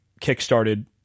kick-started